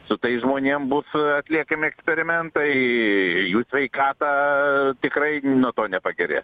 su tais žmonėm bus atliekami eksperimentai jų sveikatą tikrai nuo to nepagerės